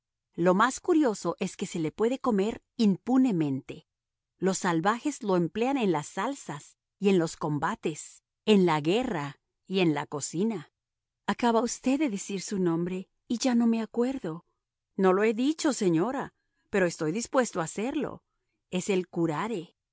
lo más curioso es que se le puede comer impunemente los salvajes lo emplean en las salsas y en los combates en la guerra y en la cocina acaba usted de decir su nombre y ya no me acuerdo no lo he dicho señora pero estoy dispuesto a hacerlo es el curare